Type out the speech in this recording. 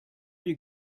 you